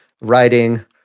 writing